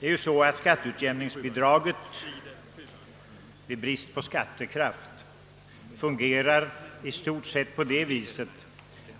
Det skatteutjämningsbidrag som utgår vid bristande skattekraft fungerar i stort sett så,